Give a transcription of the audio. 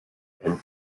and